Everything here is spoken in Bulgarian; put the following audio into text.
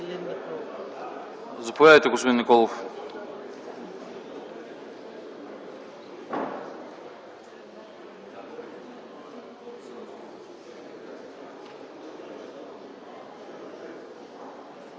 Заповядайте, господин Николов.